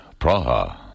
Praha